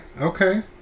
Okay